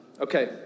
Okay